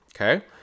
Okay